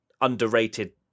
underrated